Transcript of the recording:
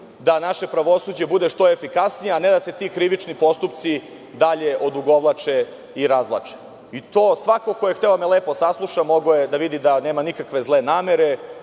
da naše pravosuđe bude što efikasnije, a ne da se ti krivični postupci dalje odugovlače i razvlače. Svako ko je hteo lepo da me sasluša, mogao je da vidi da nema nikakve zle namere,